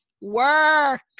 work